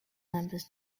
members